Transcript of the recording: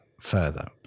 further